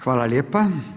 Hvala lijepa.